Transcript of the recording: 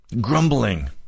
grumbling